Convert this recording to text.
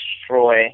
destroy